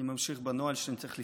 אני ממשיך בנוהל שאני צריך לסיים,